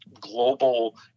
global